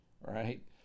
right